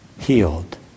healed